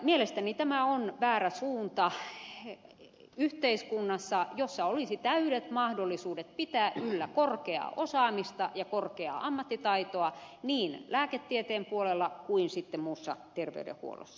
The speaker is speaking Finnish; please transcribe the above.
mielestäni tämä on väärä suunta yhteiskunnassa jossa olisi täydet mahdollisuudet pitää yllä korkeaa osaamista ja korkeaa ammattitaitoa niin lääketieteen puolella kuin sitten muussa terveydenhuollossa